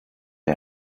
est